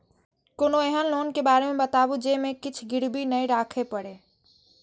कोनो एहन लोन के बारे मे बताबु जे मे किछ गीरबी नय राखे परे?